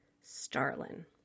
Starlin